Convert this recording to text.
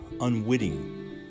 unwitting